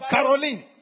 Caroline